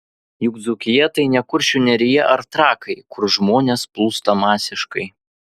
juk dzūkija tai ne kuršių nerija ar trakai kur žmonės plūsta masiškai